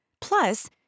Plus